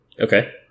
Okay